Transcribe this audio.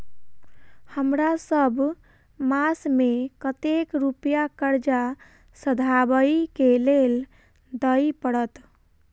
हमरा सब मास मे कतेक रुपया कर्जा सधाबई केँ लेल दइ पड़त?